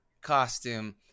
costume